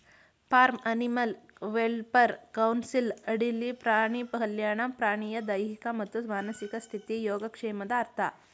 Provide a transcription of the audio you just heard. form animal welfare council ಅಡಿಲಿ ಪ್ರಾಣಿ ಕಲ್ಯಾಣ ಪ್ರಾಣಿಯ ದೈಹಿಕ ಮತ್ತು ಮಾನಸಿಕ ಸ್ಥಿತಿ ಯೋಗಕ್ಷೇಮದ ಅರ್ಥ